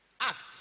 act